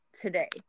today